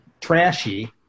trashy